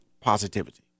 positivity